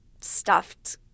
stuffed